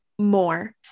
More